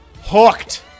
hooked